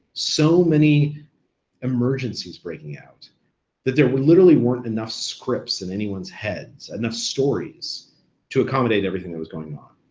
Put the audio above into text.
so many emergencies breaking out that there literally weren't enough scripts in anyone's heads, and enough stories to accommodate everything that was going on.